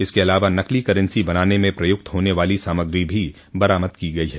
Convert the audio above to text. इसके अलावा नकली करेंसी बनाने में प्रयूक्त होने वाली सामग्री भी बरामद की गई है